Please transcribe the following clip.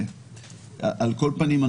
על כל פנים,